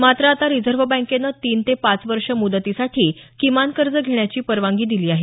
मात्र आता रिझर्व्ह बँकेनं तीन ते पाच वर्ष मुदतीसाठी किमान कर्ज घेण्याची परवानगी दिली आहे